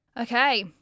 Okay